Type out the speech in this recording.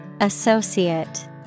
Associate